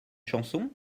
chanson